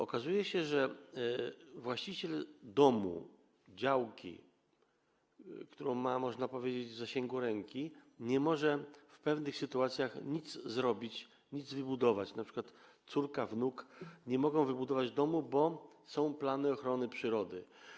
Okazuje się, że właściciel domu, działki, którą ma, można powiedzieć, w zasięgu ręki, nie może w pewnych sytuacjach nic zrobić, nic wybudować, np. córka, wnuk nie mogą wybudować domu, bo są plany ochrony przyrody.